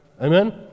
Amen